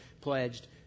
pledged